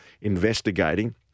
investigating